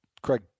Craig